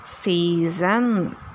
season